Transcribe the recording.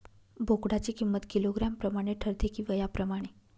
बोकडाची किंमत किलोग्रॅम प्रमाणे ठरते कि वयाप्रमाणे?